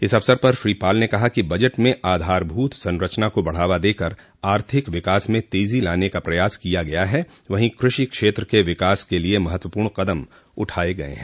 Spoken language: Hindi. इस अवसर पर श्री पाल ने कहा कि बजट में आधारभूत संरचना को बढ़ावा देकर आर्थिक विकास में तेजी लाने का प्रयास किया गया है वहीं कृषि क्षेत्र क विकास क लिये महत्वपूर्ण कदम उठाये गये हैं